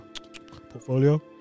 portfolio